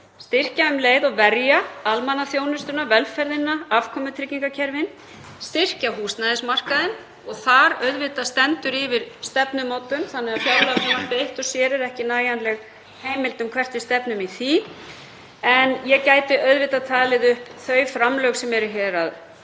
styrkja um leið og verja almannaþjónustuna, velferðina, afkomutryggingakerfin, styrkja húsnæðismarkaðinn. Þar stendur auðvitað yfir stefnumótun þannig að fjárlagafrumvarpið eitt og sér er ekki nægjanleg heimild um hvert við stefnum í því. Ég gæti auðvitað talið upp þau framlög sem eru hér að